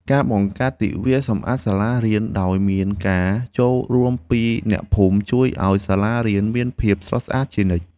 ការបង្កើតទិវាសម្អាតសាលារៀនដោយមានការចូលរួមពីអ្នកភូមិ ជួយឱ្យសាលារៀនមានភាពស្រស់ស្អាតជានិច្ច។